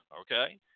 okay